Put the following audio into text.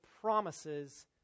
promises